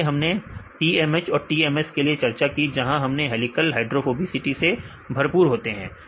पहले हमने TMH और TMS के लिए चर्चा की जहां हेलीकल प्रोटीन हाइड्रोफोबिसिटी से भरपूर होते हैं